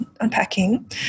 unpacking